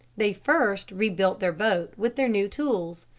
they first rebuilt their boat with their new tools.